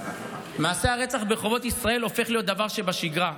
מעשי הרצח ברחובות ישראל הופכים להיות דבר שבשגרה.